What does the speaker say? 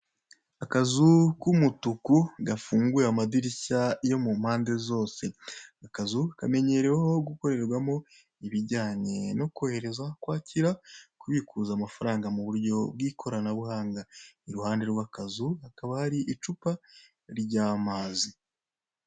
Akazu k'umutuku gafunguye amadirishya yo mu mpande zose, akazu kamenyerewe gukorerwamo ibijyanye no kohereza, kwakira, kubikuza amafaranga mu buryo bw'ikoranabuhanga, iruhande rw'akazu hakaba hari icupa ry'amazi.